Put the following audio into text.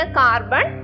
carbon